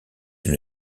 une